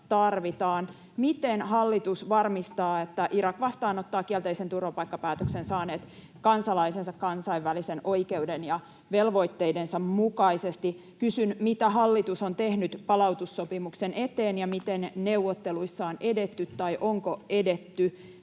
Miten hallitus varmistaa, että Irak vastaanottaa kielteisen turvapaikkapäätöksen saaneet kansalaisensa kansainvälisen oikeuden ja velvoitteidensa mukaisesti? Kysyn: Mitä hallitus on tehnyt palautussopimuksen eteen, ja miten neuvotteluissa on edetty, tai onko edetty?